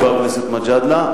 חבר הכנסת מג'אדלה,